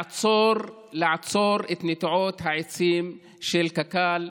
לעצור את נטיעות העצים של קק"ל,